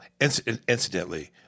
Incidentally